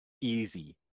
easy